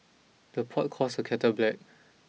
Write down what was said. the pot calls the kettle black